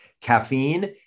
Caffeine